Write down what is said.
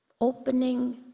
opening